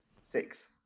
Six